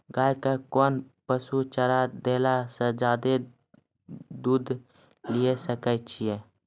गाय के कोंन पसुचारा देला से दूध ज्यादा लिये सकय छियै?